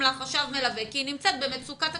לה חשב מלווה כי היא נמצאת במצוקה תקציבית.